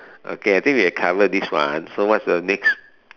okay I think we have covered this one so what's the next